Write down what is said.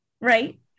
right